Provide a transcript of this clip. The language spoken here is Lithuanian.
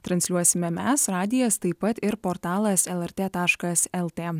transliuosime mes radijas taip pat ir portalas lrt taškas lt